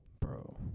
Bro